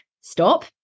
stop